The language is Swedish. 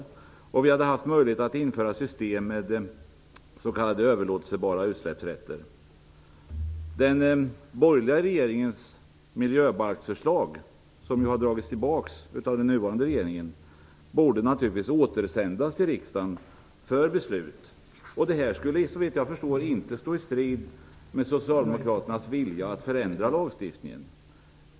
Och slutligen hade vi haft möjlighet att införa system med s.k. överlåtelsebara utsläppsrätter. Den borgerliga regeringens miljöbalksförslag, som ju har dragits tillbaka av den nuvarande regeringen, borde naturligtvis återsändas till riksdagen för beslut. Såvitt jag förstår skulle inte detta stå i strid med socialdemokraternas vilja att förändra lagstiftningen.